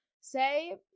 Say